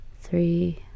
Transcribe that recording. three